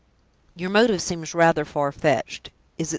your motive seems rather far-fetched.